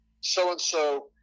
so-and-so